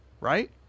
right